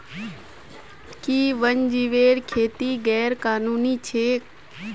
कि वन्यजीवेर खेती गैर कानूनी छेक?